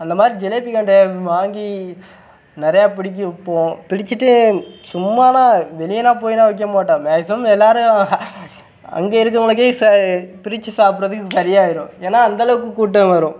அந்த மாதிரி ஜிலேபி கெண்டையை வாங்கி நிறைய பிடித்து விற்போம் பிடிச்சுட்டு சும்மாலா வெளியேலாம் போய்லாம் விற்க மாட்டோம் மேக்சிமம் எல்லோரும் அங்கே இருக்கறவங்களுக்கே பிரித்து சாப்பட்றதுக்கு சரியாகிரும் ஏன்னா அந்தளவுக்கு கூட்டம் வரும்